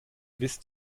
wisst